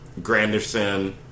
Granderson